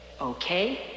okay